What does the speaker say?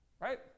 right